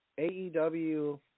AEW